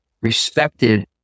respected